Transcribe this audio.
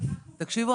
שראיתם